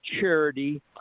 charity